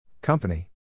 Company